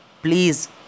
please